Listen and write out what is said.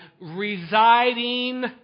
residing